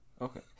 Okay